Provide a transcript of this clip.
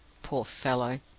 poor fellow,